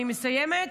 אני מסיימת,